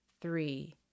three